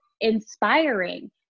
inspiring